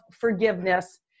forgiveness